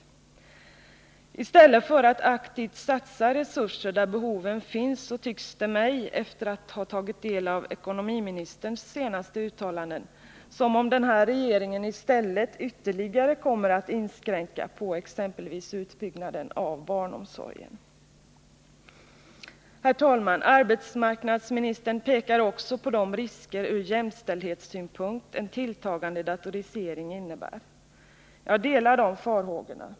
Men i stället för att aktivt satsa resurser där behoven finns, tycks det mig-— efter att ha tagit del av ekonomiministerns senaste uttalanden — som om regeringen ytterligare kommer att inskränka på exempelvis utbyggnaden av barnomsorgen. Herr talman! Arbetsmarknadsministern pekar också på de risker ur jämställdhetssynpunkt som en tilltagande datorisering innebär. Jag delar de farhågorna.